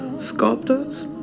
sculptors